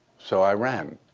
so i ran.